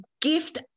gift